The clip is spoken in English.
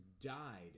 died